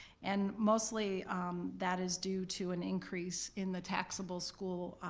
and mostly that is due to an increase in the taxable school,